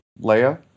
Leia